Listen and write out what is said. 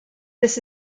this